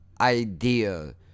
idea